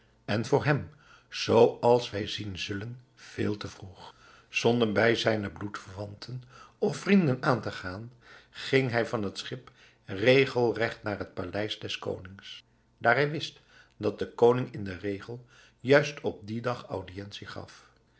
en voor hem zooals wij zien zullen veel te vroeg zonder bij zijne bloedverwanten of vrienden aan te gaan ging hij van het schip regelregt naar het paleis des konings daar hij wist dat de koning in den regel juist op dien dag audiëntie gaf